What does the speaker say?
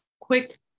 quick-